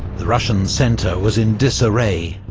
the russian centre was in disarray,